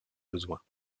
besoins